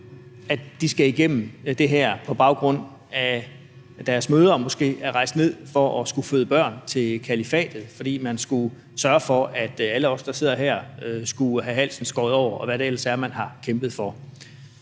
at de skal igennem det her på baggrund af, at deres mødre måske er rejst ned for at skulle føde børn til kalifatet, fordi man skulle sørge for, at alle os, der sidder her, skulle have halsen skåret over, og hvad det ellers er, man har kæmpet for.